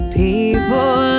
people